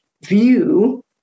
view